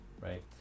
right